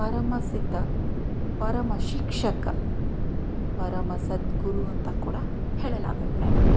ಪರಮಸಿದ್ಧ ಪರಮ ಶಿಕ್ಷಕ ಪರಮ ಸದ್ಗುರು ಅಂತ ಕೂಡ ಹೇಳಲಾಗತ್ತೆ ಅವರಿಗೆ